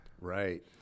Right